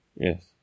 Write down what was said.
Yes